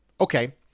Okay